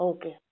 Okay